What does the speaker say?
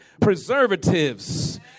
preservatives